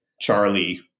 Charlie